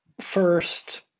first